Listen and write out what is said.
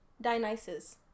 Dionysus